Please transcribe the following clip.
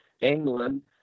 England